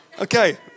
Okay